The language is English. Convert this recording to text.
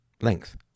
length